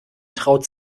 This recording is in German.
traut